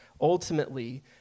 ultimately